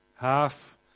half